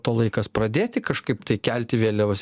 to laikas pradėti kažkaip tai kelti vėliavas